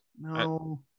no